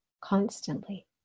constantly